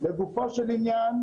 לצורך העניין,